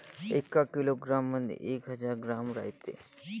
एका किलोग्रॅम मंधी एक हजार ग्रॅम रायते